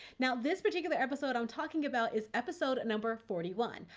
now this particular episode i'm talking about is episode number forty one,